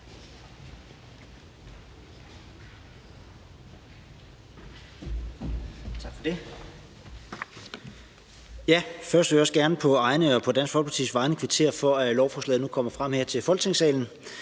Tak for det.